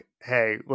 hey